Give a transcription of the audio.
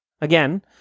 again